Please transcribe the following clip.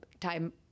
time